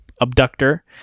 abductor